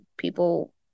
people